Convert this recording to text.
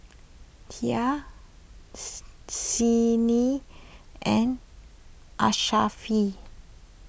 Dhia Senin and